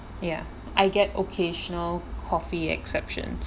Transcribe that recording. ya I get occasional coffee exceptions